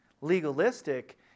legalistic